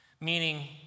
Meaning